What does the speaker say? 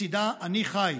שלצידה אני חי,